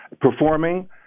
performing